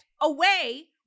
away